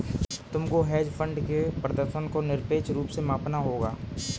तुमको hedge fund के प्रदर्शन को निरपेक्ष रूप से मापना होगा